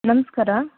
ನಮಸ್ಕಾರ